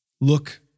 Look